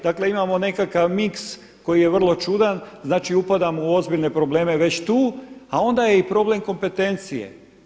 Dakle imamo nekakav mix koji je vrlo čudan, znači upadamo u ozbiljne probleme već tu a onda je i problem kompetencije.